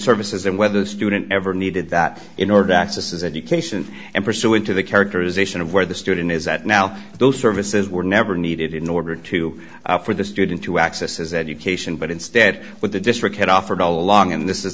services and whether the student ever needed that in order to access as education and pursuant to the characterization of where the student is at now those services were never needed in order to for the student to access his education but instead with the district had offered all along and this is